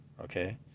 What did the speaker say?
Okay